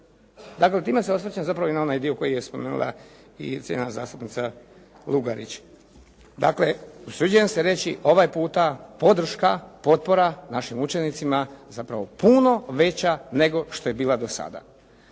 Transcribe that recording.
Dakle, time se osvrćem zapravo i na onaj dio koji je spomenula i cijenjena zastupnica Lugarić. Dakle, usuđujem se reći ovaj puta podrška, potpora našim učenicima zapravo puno veća nego što je bila do sada.